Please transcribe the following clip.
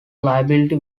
liability